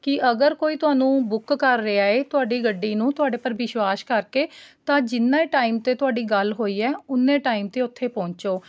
ਕਿ ਅਗਰ ਕੋਈ ਤੁਹਾਨੂੰ ਬੁੱਕ ਕਰ ਰਿਹਾ ਹੈ ਤੁਹਾਡੀ ਗੱਡੀ ਨੂੰ ਤੁਹਾਡੇ ਪਰ ਵਿਸ਼ਵਾਸ ਕਰਕੇ ਤਾਂ ਜਿੰਨਾ ਟਾਈਮ 'ਤੇ ਤੁਹਾਡੀ ਗੱਲ ਹੋਈ ਹੈ ਓਨੇ ਟਾਈਮ 'ਤੇ ਉੱਥੇ ਪਹੁੰਚੋ